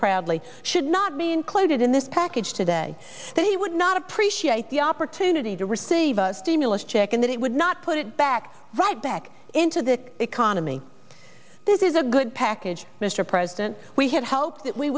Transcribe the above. proudly should not be included in this package today that he would not appreciate the opportunity to receive a stimulus check and that it would not put it back right back into the economy this is a good package mr president we had hoped that we